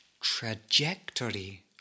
trajectory